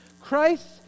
Christ